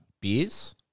beers